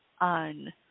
on